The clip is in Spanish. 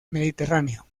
mediterráneo